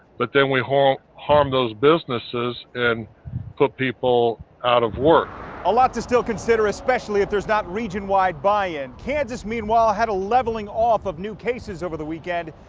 but then we haul harm those businesses and put people out of work a lot to still consider, especially if there's not region-wide by in kansas. meanwhile had a leveling off of new cases over the weekend.